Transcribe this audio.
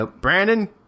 Brandon